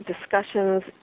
discussions